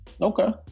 Okay